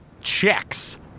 checks